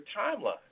timeline